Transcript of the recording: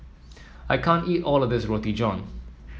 I can't eat all of this Roti John